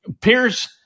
Pierce